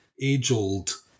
age-old